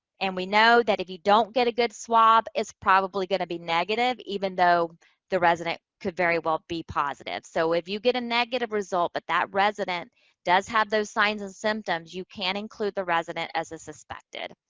and we know that if you don't get a good swab, it's probably going to be negative, even though the resident could very well be positive. so, if you get a negative result, but that resident does have those signs and symptoms, you can include the resident as a suspected.